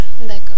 D'accord